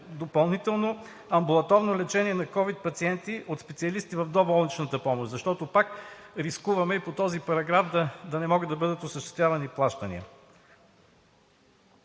допълнително амбулаторно лечение на ковид пациенти от специалисти в доболничната помощ. Защото пак рискуваме и по този параграф да не могат да бъдат осъществявани плащания.